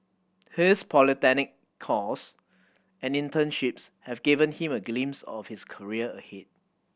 his polytechnic course and internships have given him a glimpse of his career ahead